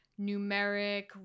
numeric